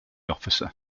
officer